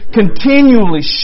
continually